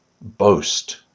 boast